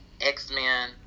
X-Men